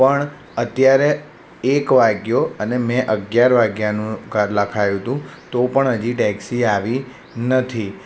પણ અત્યારે એક વાગ્યો અને મેં અગિયાર વાગ્યાનું લખાવ્યું તું તો પણ હજુ ટૅક્સી આવી નથી